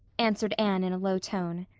answered anne in a low tone.